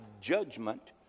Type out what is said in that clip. judgment